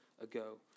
ago